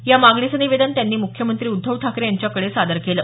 या मागणीचं निवेदन त्यांनी मुख्यमंत्री उद्धव ठाकरे यांच्याकडे सादर केलं